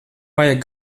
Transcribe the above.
vajag